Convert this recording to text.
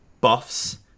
buffs